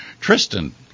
Tristan